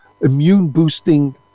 immune-boosting